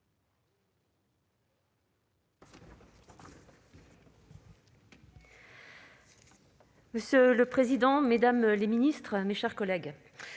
Monsieur le président, madame la ministre, mes chers collègues,